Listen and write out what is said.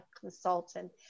consultant